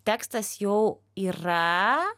tekstas jau yra